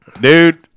dude